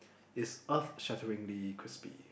is earth shatteringly crispy